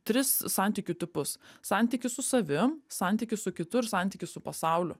tris santykių tipus santykius su savim santykius su kitu ir santykius su pasauliu